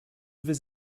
vais